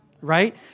Right